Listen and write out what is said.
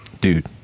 dude